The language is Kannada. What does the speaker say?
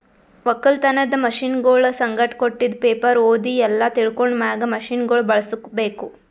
ಒಕ್ಕಲತನದ್ ಮಷೀನಗೊಳ್ ಸಂಗಟ್ ಕೊಟ್ಟಿದ್ ಪೇಪರ್ ಓದಿ ಎಲ್ಲಾ ತಿಳ್ಕೊಂಡ ಮ್ಯಾಗ್ ಮಷೀನಗೊಳ್ ಬಳುಸ್ ಬೇಕು